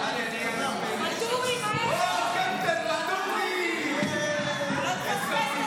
(קיום פסקי דין של גירושין) (תיקון מס'